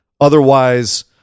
Otherwise